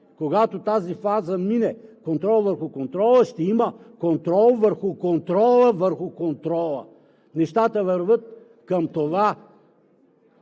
Когато тази фаза мине – контрол върху контрола, ще има контрол върху контрола, върху контрола. Нещата вървят към това